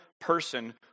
person